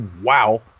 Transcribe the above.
wow